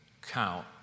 count